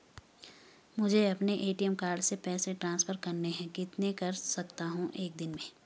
मुझे अपने ATM card से पैसे ट्रांसफर करने हैं कितने कर सकता हूँ एक दिन में?